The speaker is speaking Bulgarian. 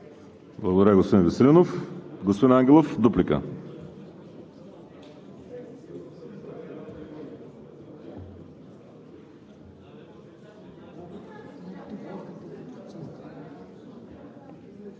Благодаря, господин Веселинов. Господин Ангелов – дуплика.